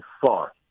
far